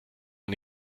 man